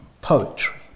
poetry